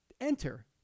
enter